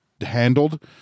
handled